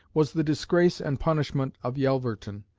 was the disgrace and punishment of yelverton,